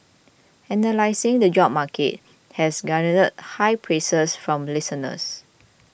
analysing the job market has garnered high praise from listeners